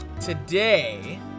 today